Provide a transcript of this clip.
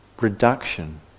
reduction